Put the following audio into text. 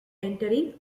entering